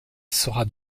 sera